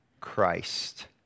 Christ